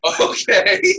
okay